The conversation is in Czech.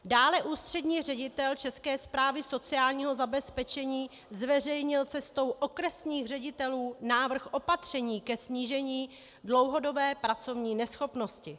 Dále ústřední ředitel České správy sociálního zabezpečení zveřejnil cestou okresních ředitelů návrh opatření ke snížení dlouhodobé pracovní neschopnosti.